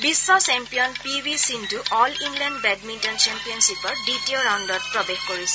বিশ্ব champion P V Sindhu all England badminton চেম্পিয়নশ্বিপৰ দ্বিতীয় ৰাউণ্ডত প্ৰৱেশ কৰিছে